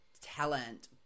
talent